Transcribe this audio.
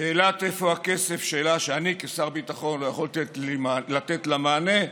שאלת "איפה הכסף" היא שאלה שאני כשר ביטחון לא יכולתי לתת עליה מענה,